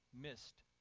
missed